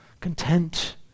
content